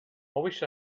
wished